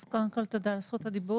אז קודם כל תודה על זכות הדיבור.